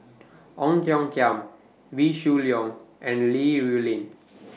Ong Tiong Khiam Wee Shoo Leong and Li Rulin